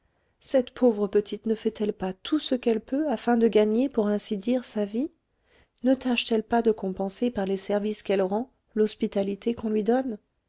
cette pauvre petite ne fait-elle pas tout ce qu'elle peut afin de gagner pour ainsi dire sa vie ne tâche t elle pas de compenser par les services qu'elle rend l'hospitalité qu'on lui donne